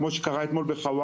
כמו האירוע שקרה אתמול בחאוורה,